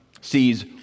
sees